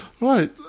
Right